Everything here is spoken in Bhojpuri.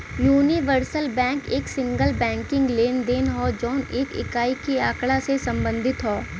यूनिवर्सल बैंक एक सिंगल बैंकिंग लेनदेन हौ जौन एक इकाई के आँकड़ा से संबंधित हौ